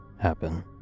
happen